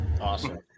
Awesome